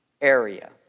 area